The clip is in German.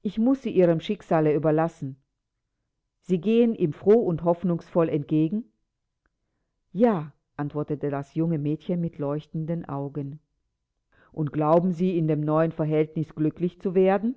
ich muß sie ihrem schicksale überlassen sie gehen ihm froh und hoffnungsvoll entgegen ja antwortete das junge mädchen mit leuchtenden augen und glauben in dem neuen verhältnis glücklich zu werden